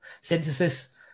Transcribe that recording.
synthesis